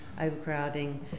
overcrowding